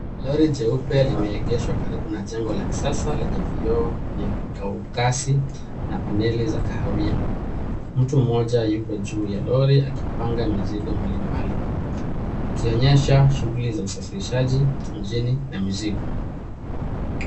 Lori jeupe limeengeshwa karibu na jengo la kisasa lenye vioo vya kaukasi na paneli za kahawia. Mtu mmoja yuko juu ya lori akipanga mizigo mbalimbali. Ikionyesha shughuli za usafirishaji mjini na mizigo.